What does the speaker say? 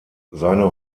seine